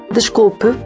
Desculpe